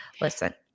listen